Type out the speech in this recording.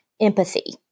empathy